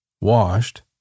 washed